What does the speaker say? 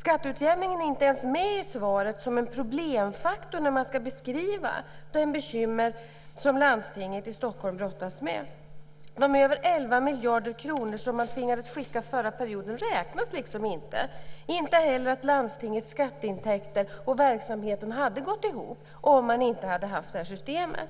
Skatteutjämningen är inte ens med i svaret som en problemfaktor när man ska beskriva de bekymmer som landstinget i Stockholm brottas med. De över 11 miljarder kronor som man tvingades skicka förra perioden räknas liksom inte, inte heller att landstingets skatteintäkter och verksamheten hade gått ihop om man inte hade haft det här systemet.